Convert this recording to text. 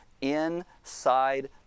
inside